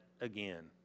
again